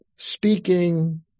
Speaking